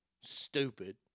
Stupid